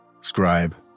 scribe